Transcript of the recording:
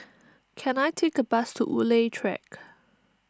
can I take a bus to Woodleigh Track